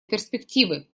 перспективы